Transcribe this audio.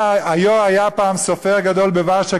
היה היה פעם סופר גדול בוורשה,